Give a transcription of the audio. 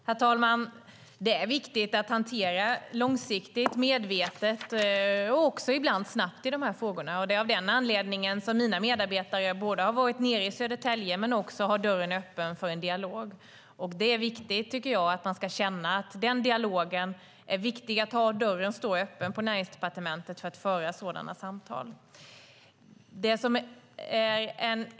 Herr talman! Det är viktigt att agera långsiktigt, medvetet och ibland också snabbt i dessa frågor. Det är av den anledningen mina medarbetare både har varit i Södertälje och har dörren öppen för en dialog. Jag tycker att det är viktigt att man ska känna att dörren står öppen på Näringsdepartementet för att föra sådana samtal.